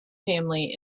family